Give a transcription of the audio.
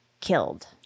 killed